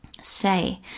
say